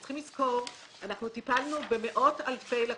אנחנו צריכים לזכור שאנחנו טיפלנו במאות אלפי לקוחות.